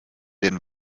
den